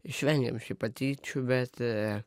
išvengiam šiaip patyčių bet